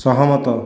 ସହମତ